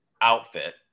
outfit